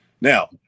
Now